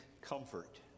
comfort